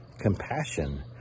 compassion